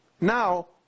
Now